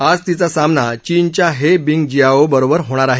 आज तिचा सामना चीनच्या हे बिंग जियाओ बरोबर होणार आहे